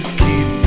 keep